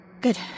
Good